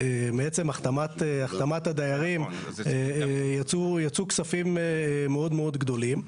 מעצם החתמת הדיירים, יצאו כספים מאוד מאוד גדולים.